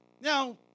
Now